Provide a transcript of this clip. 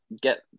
get